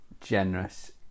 generous